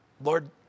Lord